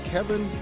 Kevin